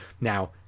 Now